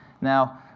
Now